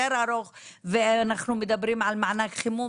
ארוך ואנחנו מדברים על מענק חימום.